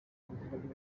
ibikorwa